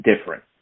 different